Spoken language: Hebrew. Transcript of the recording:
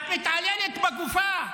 את מתעללת בגופה.